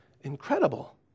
incredible